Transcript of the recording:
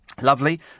Lovely